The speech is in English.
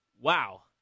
wow